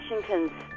Washington